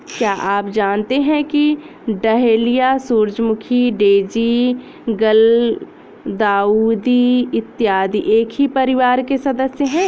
क्या आप जानते हैं कि डहेलिया, सूरजमुखी, डेजी, गुलदाउदी इत्यादि एक ही परिवार के सदस्य हैं